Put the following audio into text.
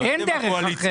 אין דרך אחרת.